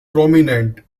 prominent